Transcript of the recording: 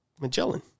Magellan